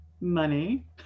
money